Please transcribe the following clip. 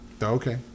Okay